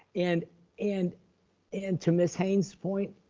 and and and to ms. haynes point,